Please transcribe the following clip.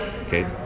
Okay